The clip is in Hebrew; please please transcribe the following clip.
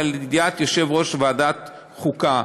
לידיעת יושב-ראש ועדת חוקה.